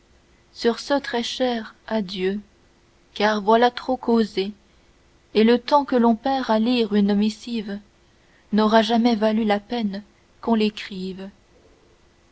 sur ce très chère adieu car voilà trop causer et le temps que l'on perd à lire une missive n'aura jamais valu la peine qu'on l'écrive